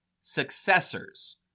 successors